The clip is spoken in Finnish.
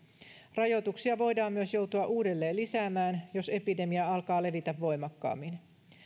rajoituksia voidaan myös joutua uudelleen lisäämään jos epidemia alkaa levitä voimakkaammin